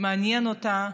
מעניין אותה,